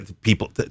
People